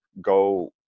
go